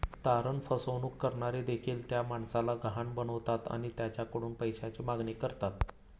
तारण फसवणूक करणारे देखील त्या माणसाला गहाण बनवतात आणि त्याच्याकडून पैशाची मागणी करतात